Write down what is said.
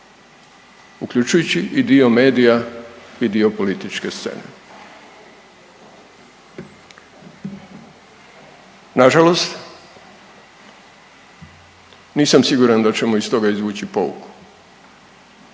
uključujući i dio medija i dio političke scene. Nažalost nisam siguran da ćemo iz toga izvući pouku,